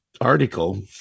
article